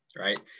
right